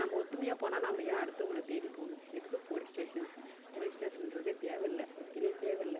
நம்ப ஒத்துமையாகப் போனால் நம்ப ஏன் அடுத்துவங்களை தேடிப் போகணும் எதுக்கு போலீஸ் ஸ்டேஷன் போலீஸ் ஸ்டேஷன்றுதே தேவைல்ல வக்கீலே தேவைல்ல